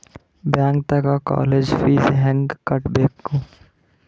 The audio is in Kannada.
ಬ್ಯಾಂಕ್ದಾಗ ಕಾಲೇಜ್ ಫೀಸ್ ಹೆಂಗ್ ಕಟ್ಟ್ಬೇಕ್ರಿ?